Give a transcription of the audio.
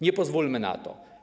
Nie pozwólmy na to.